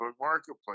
Marketplace